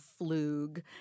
Flug